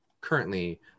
currently